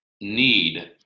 need